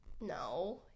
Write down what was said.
No